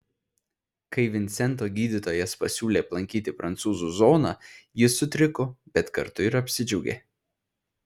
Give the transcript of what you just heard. kai vincento gydytojas pasiūlė aplankyti prancūzų zoną jis sutriko bet kartu ir apsidžiaugė